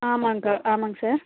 ஆமாம்ங்க சார் ஆமாம்ங்க சார்